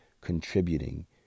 contributing